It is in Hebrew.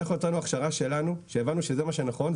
אנחנו נתנו הכשרה שלנו שהבנו שזה מה שנכון,